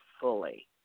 fully